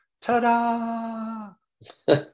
ta-da